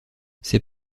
c’est